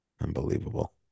Unbelievable